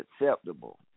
acceptable